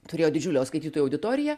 turėjo didžiulio skaitytojų auditoriją